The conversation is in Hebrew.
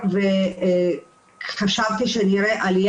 וביקשנו כבר הארכה של התקציב לפחות עד אפריל-מאי